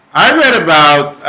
i read about